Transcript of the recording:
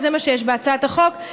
וזה מה שיש בהצעת החוק,